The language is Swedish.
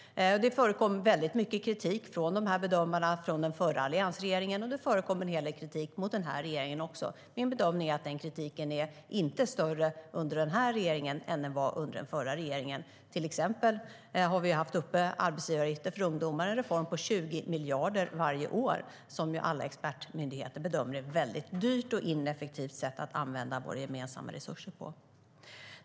Det förekommer väldigt mycket kritik från bedömarna mot den förra alliansregeringen, och det förekommer också en hel del kritik mot den nuvarande regeringen. Min bedömning är att den kritiken inte är större under den nuvarande regeringen än vad den var under den förra regeringen. Vi har till exempel haft uppe arbetsgivaravgifter för ungdomar. Det är en reform på 20 miljarder varje år. Det är något som alla expertmyndigheter bedömer är ett väldigt dyrt och ineffektivt sätt att använda våra gemensamma resurser på.